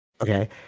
Okay